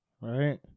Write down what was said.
Right